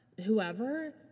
whoever